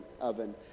oven